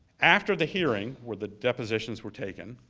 after the hearing where the depositions were taken,